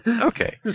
okay